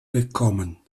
bekommen